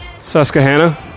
Susquehanna